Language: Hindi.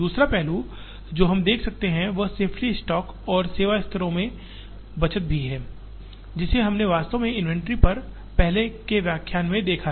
दूसरा पहलू जो हम देख सकते हैं वह सेफ्टी स्टॉक और सेवा स्तरों में बचत भी है जिसे हमने वास्तव में इन्वेंट्री पर पहले के व्याख्यान में देखा है